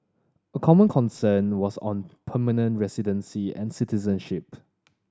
a common concern was on permanent residency and citizenship